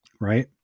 Right